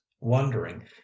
wondering